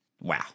wow